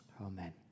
amen